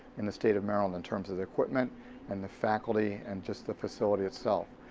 in the state of maryland in terms of the equipment and the faculty and just the facility itself.